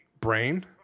brain